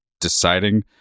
deciding